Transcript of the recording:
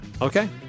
okay